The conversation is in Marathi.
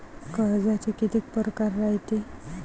कर्जाचे कितीक परकार रायते?